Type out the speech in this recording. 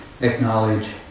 acknowledge